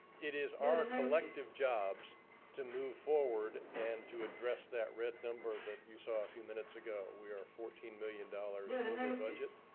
it is our collective jobs to move forward and to address that red number that you saw a few minutes ago. we are fourteen million dollars dollars over budget,